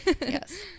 Yes